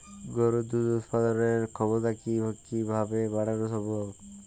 গরুর দুধ উৎপাদনের ক্ষমতা কি কি ভাবে বাড়ানো সম্ভব?